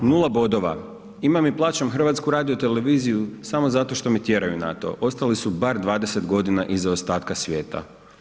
Nula bodova, imam i plaćam HRT samo zato što me tjeraju na to ostali su bar 20 godina iza ostatka svijeta.